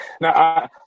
Now